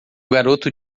garoto